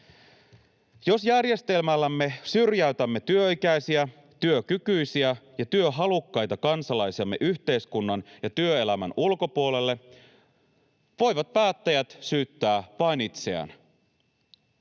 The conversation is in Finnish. Jos järjestelmällämme syrjäytämme työikäisiä, työkykyisiä ja työhalukkaita kansalaisiamme yhteiskunnan ja työelämän ulkopuolelle, voivat päättäjät syyttää vain itseään.